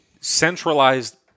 centralized